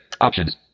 options